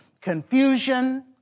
confusion